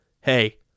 hey